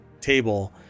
table